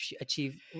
achieve